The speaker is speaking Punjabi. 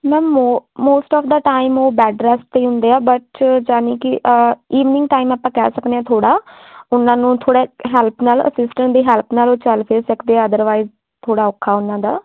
ਮੈਮ ਉਹ ਮੋਸਟ ਓਫ ਦਾ ਟਾਈਮ ਉਹ ਬੈਡ ਰੈਸਟ 'ਤੇ ਹੁੰਦੇ ਆ ਬਟ ਯਾਨੀ ਕਿ ਈਵਨਿੰਗ ਟਾਈਮ ਆਪਾਂ ਕਹਿ ਸਕਦੇ ਹਾਂ ਥੋੜ੍ਹਾ ਉਹਨਾਂ ਨੂੰ ਥੋੜ੍ਹ ਹੈਲਪ ਨਾਲ ਅਸਿਸਟੈਂਟ ਦੀ ਹੈਲਪ ਨਾਲ ਉਹ ਚੱਲ ਫਿਰ ਸਕਦੇ ਆ ਅਦਰਵਾਈਜ਼ ਥੋੜ੍ਹਾ ਔਖਾਂ ਉਹਨਾਂ ਦਾ